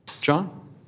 John